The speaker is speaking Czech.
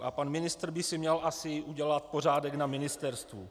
A pan ministr by si měl asi udělat pořádek na ministerstvu.